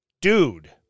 Dude